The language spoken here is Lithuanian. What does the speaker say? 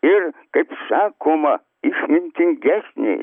ir kaip sakoma išmintingesnės